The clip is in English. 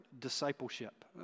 discipleship